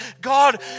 God